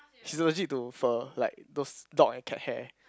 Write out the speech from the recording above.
he's allergic to fur like those dog and cat hair